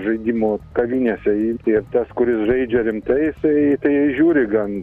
žaidimo kavinėse ir tiek tas kuris žaidžia rimtai jisai tai žiūri gan